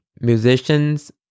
musicians